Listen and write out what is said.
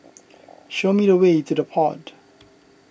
show me the way to the Pod